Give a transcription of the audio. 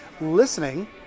listening